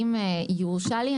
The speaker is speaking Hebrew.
אם יורשה לי,